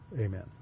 Amen